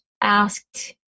asked